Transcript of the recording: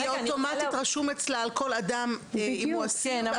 אוטומטית רשום אצלה על כל אדם אם הוא אסיר,